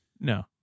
No